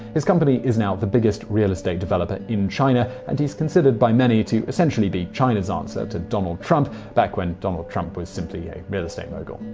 his company is now the biggest real estate developer in china, and he's considered by many to essentially be china's answer to donald trump back when trump was simply a real estate mogul,